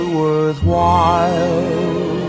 worthwhile